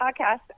podcast